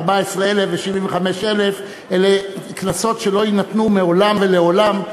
14,000 ו-75,000 אלה קנסות שלא יינתנו מעולם ולעולם,